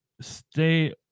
stay